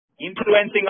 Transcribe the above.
influencing